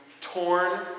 torn